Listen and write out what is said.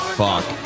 fuck